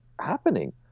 happening